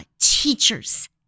teachers